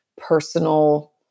personal